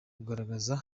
kugaragaza